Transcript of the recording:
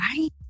right